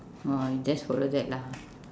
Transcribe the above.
orh you just follow that lah